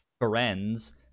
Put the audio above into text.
friends